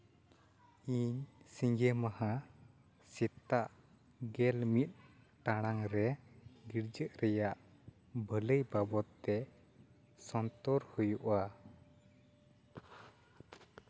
ᱤᱧ ᱥᱤᱸᱜᱮ ᱢᱟᱦᱟ ᱥᱮᱛᱟᱜ ᱜᱮᱞ ᱢᱤᱫ ᱴᱟᱲᱟᱝ ᱨᱮ ᱜᱤᱨᱡᱟᱹ ᱨᱮᱭᱟᱜ ᱵᱷᱟᱹᱞᱟᱹᱭ ᱵᱟᱵᱚᱫ ᱛᱮ ᱥᱚᱱᱛᱚᱨ ᱦᱩᱭᱩᱜᱼᱟ